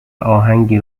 اهنگی